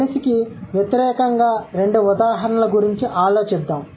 మనిషికి వ్యతిరేకంగా రెండు ఉదాహరణల గురించి ఆలోచిద్దాం